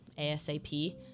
ASAP